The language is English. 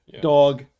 Dog